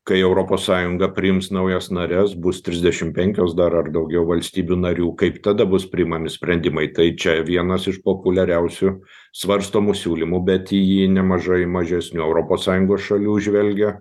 kai europos sąjunga priims naujas nares bus trisdešim penkios dar ar daugiau valstybių narių kaip tada bus priimami sprendimai tai čia vienas iš populiariausių svarstomų siūlymų bet į jį nemažai mažesnių europos sąjungos šalių žvelgia